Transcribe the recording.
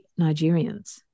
Nigerians